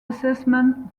assessment